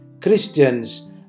Christians